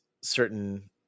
certain